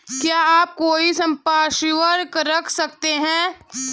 क्या आप कोई संपार्श्विक रख सकते हैं?